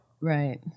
Right